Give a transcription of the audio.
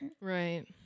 Right